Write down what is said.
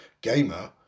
gamer